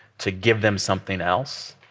to give them something else.